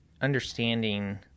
understanding